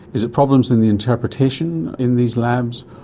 is it problems in the interpretation in these labs,